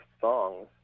songs